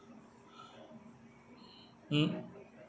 mm